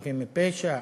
בחפים מפשע,